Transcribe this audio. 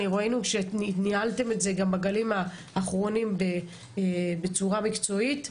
ראינו שניהלתם את זה בגלים האחרונים בצורה מקצועית,